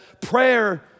prayer